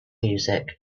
music